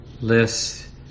lists